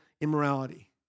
immorality